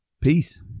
Peace